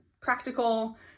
practical